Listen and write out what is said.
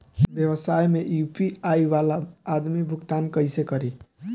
व्यवसाय में यू.पी.आई वाला आदमी भुगतान कइसे करीं?